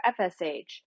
FSH